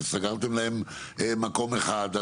שסגרתם להם מקום אחד,